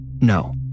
No